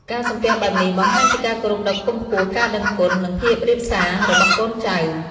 ការសំពះបែបនេះបង្ហាញពីការគោរពដ៏ខ្ពង់ខ្ពស់ ការដឹងគុណ និងភាពរាបសារបស់កូនចៅ។